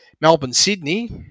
Melbourne-Sydney